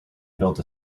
built